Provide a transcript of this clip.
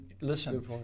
listen